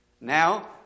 Now